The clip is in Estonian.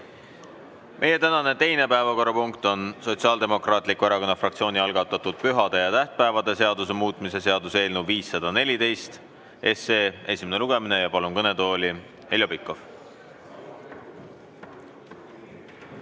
Meie tänane teine päevakorrapunkt on Sotsiaaldemokraatliku Erakonna fraktsiooni algatatud pühade ja tähtpäevade seaduse muutmise seaduse eelnõu 514 esimene lugemine. Palun kõnetooli, Heljo Pikhof!